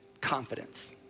confidence